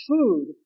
food